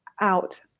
out